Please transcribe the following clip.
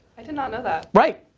i did not know that. right.